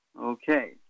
Okay